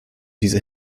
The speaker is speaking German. diese